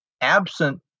absent